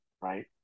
right